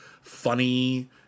funny